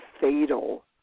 fatal